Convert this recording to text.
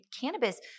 cannabis